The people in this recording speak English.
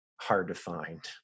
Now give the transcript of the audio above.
hard-to-find